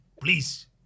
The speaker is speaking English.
please